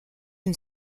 une